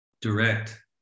direct